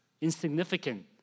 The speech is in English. Insignificant